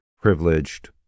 privileged